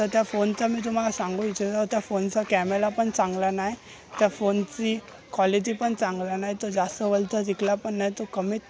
तर त्या फोनचा मी तुम्हाला सांगू इच्छितो त्या फोनचा कॅमेला पण चांगला नाही त्या फोनची क्वालिती पण चांगला नाही तो जास्त वर्षं टिकला पण नाही तो कमी